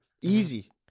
Easy